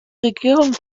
regierung